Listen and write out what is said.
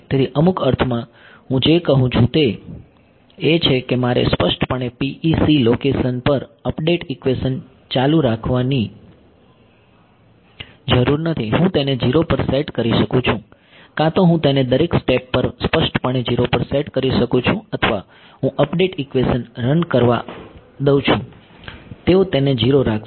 તેથી અમુક અર્થમાં હું જે કહું છું તે એ છે કે મારે સ્પષ્ટપણે PEC લોકેશન પર અપડેટ ઇક્વેશન ચાલુ રાખવાની જરૂર નથી હું તેને 0 પર સેટ કરી શકું છું કાં તો હું તેને દરેક સ્ટેપ પર સ્પષ્ટપણે 0 પર સેટ કરી શકું છું અથવા હું અપડેટ ઇક્વેશન રન કરવા દઉં છું તેઓ તેને 0 રાખશે